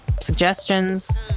suggestions